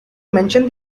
mention